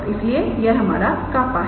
और इसलिए यह हमारा 𝜅 है